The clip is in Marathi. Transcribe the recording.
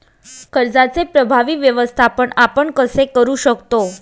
कर्जाचे प्रभावी व्यवस्थापन आपण कसे करु शकतो?